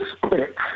quick